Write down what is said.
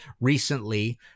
recently—